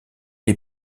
les